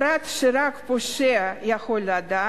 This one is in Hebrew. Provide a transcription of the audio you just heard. פרט שרק הפושע יכול לדעת,